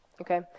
Okay